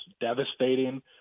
devastating